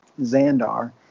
Xandar